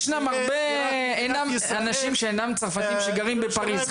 יש גם הרבה אנשים שאינם צרפתים וגרים בפריז.